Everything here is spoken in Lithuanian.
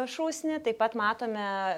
šūsnį taip pat matome